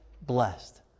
blessed